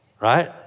Right